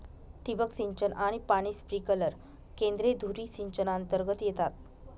ठिबक सिंचन आणि पाणी स्प्रिंकलर केंद्रे धुरी सिंचनातर्गत येतात